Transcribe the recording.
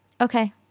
okay